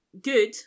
good